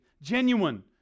genuine